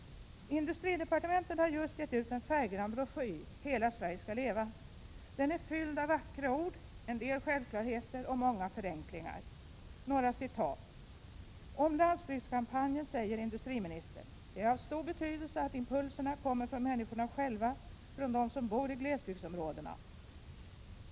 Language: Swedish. Industridepartementet har just gett ut en färggrann broschyr ”Hela Sverige ska leva!” Den är fylld av vackra ord, en del självklarheter och många förenklingar. Några citat: ”Om landsbygdskampanjen säger industriministern: Det är av stor betydelse att impulserna kommer från människorna själva, från dem som bor i glesbygdsområdena.